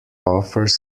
offers